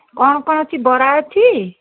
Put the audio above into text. କ'ଣ କ'ଣ ଅଛି ବରା ଅଛି